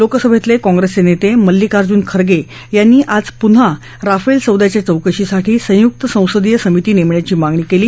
लोकसभेतले काँग्रेसचे नेते मल्लीकार्जून खरगे यांनी आज पुन्हा राफेल सौद्याच्या चौकशीसाठी संयुक्त संसदीय समिती नेमण्याची मागणी केली